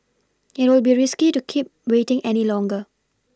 it will be risky to keep waiting any longer